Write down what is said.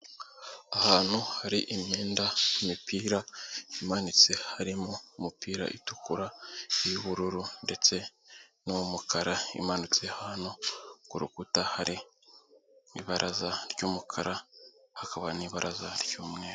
Ahantu hari imyenda, imipira imanitse, harimo imipira itukura, iy'ubururu ndetse n'uw'umukara, imanitse ahantu ku rukuta hari ibaraza ry'umukara, hakaba n'ibaraza ry'umweru.